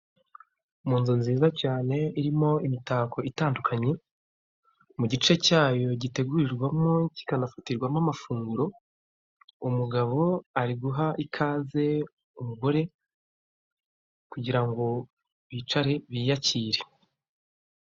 Munzu nziza cyane irimo imitako itandukanye mugice cyayo gitegurirwamo kikanafatirwamo amafunguro umugabo ari guha ikaze umugore kugirango bicare biyakire.